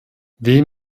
wem